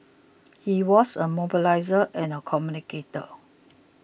he was a mobiliser and a communicator